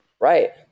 Right